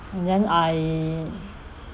then I